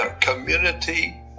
community